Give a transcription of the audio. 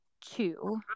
two